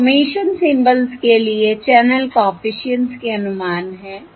information symbols के लिए channel coefficients के अनुमान हैं